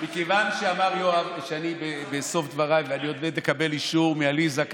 מכיוון שאמר יואב שאני בסוף דבריי ואני עוד מעט אקבל אישור מעליזה לרדת,